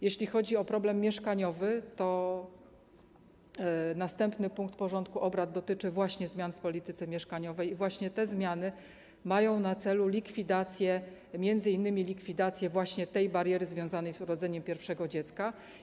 Jeśli chodzi o problem mieszkaniowy, to następny punkt porządku obrad dotyczy właśnie zmian w polityce mieszkaniowej i właśnie te zmiany mają na celu likwidację m.in. właśnie tej bariery związanej z urodzeniem pierwszego dziecka.